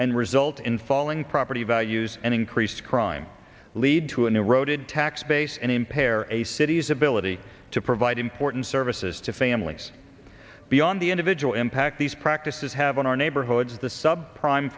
and result in falling property values and increased crime lead to an eroded tax base and impair a city's ability to provide important services to families beyond the individual impact these practices have on our neighborhoods the sub prime